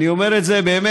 אני אומר את זה באמת.